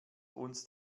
uns